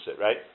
right